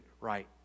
right